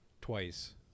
twice